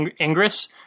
Ingress